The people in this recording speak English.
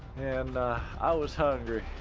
and i was hungry.